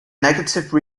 negative